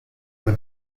mit